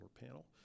panel